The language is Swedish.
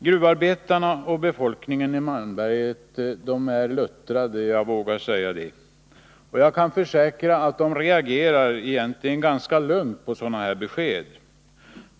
Gruvarbetarna och befolkningen i malmfälten är luttrade — jag vågar påstå det. Och jag försäkrar att de reagerar ganska lugnt på sådana besked.